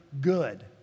good